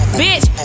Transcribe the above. bitch